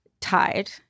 tied